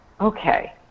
Okay